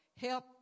Help